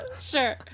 Sure